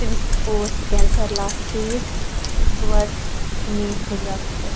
تٔمِس اوس cancer last stage تُرٛواہ مے گُزریو سُہ تہِ